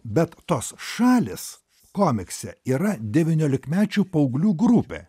bet tos šalys komikse yra devyniolikmečių paauglių grupė